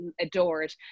adored